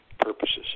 purposes